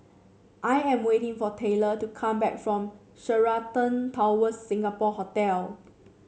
I am waiting for Taylor to come back from Sheraton Towers Singapore Hotel